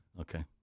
Okay